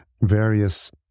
various